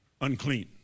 unclean